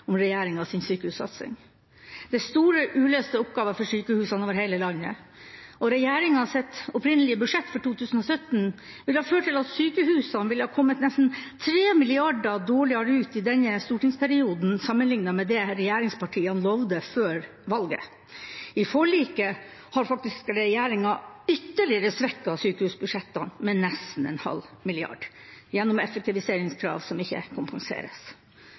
om regjeringas sykehussatsing. Det er store, uløste oppgaver for sykehusene over hele landet, og regjeringas opprinnelige budsjett for 2017 ville ha ført til at sykehusene ville kommet nesten 3 mrd. kr dårligere ut i denne stortingsperioden sammenliknet med det regjeringspartiene lovte før valget. I forliket har regjeringa faktisk ytterligere svekket sykehusbudsjettene med nesten 0,5 mrd. kr gjennom effektiviseringskrav som ikke kompenseres.